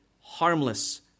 harmless